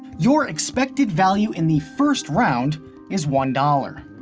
your expected value in the first round is one dollars.